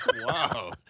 Wow